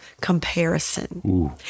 comparison